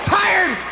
tired